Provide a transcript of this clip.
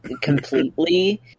completely